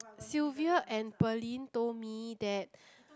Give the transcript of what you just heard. Sylvia and Perlyn told me that